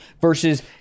versus